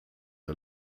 der